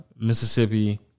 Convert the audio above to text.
Mississippi